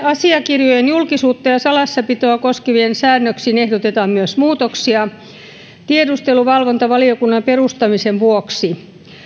asiakirjojen julkisuutta ja salassapitoa koskeviin säännöksiin ehdotetaan myös muutoksia tiedusteluvalvontavaliokunnan perustamisen vuoksi